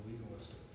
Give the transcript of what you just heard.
legalistic